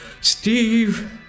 Steve